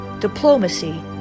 diplomacy